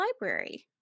Library